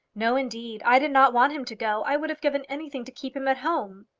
no, indeed i did not want him to go. i would have given anything to keep him at home.